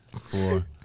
four